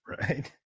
right